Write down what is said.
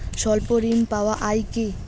স্বল্প ঋণ পাওয়া য়ায় কি?